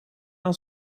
aan